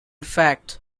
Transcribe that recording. fact